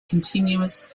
continuous